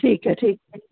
ठीकु आहे ठीकु